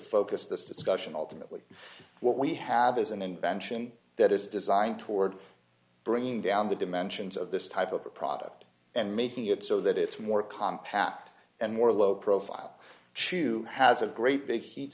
focus this discussion alternately what we have is an invention that is designed toward bringing down the dimensions of this type of a product and making it so that it's more compact and more low profile chew has a great big heat